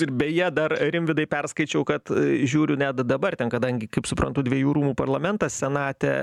ir beje dar rimvydai perskaičiau kad žiūriu net dabar ten kadangi kaip suprantu dviejų rūmų parlamentas senate